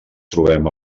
trobem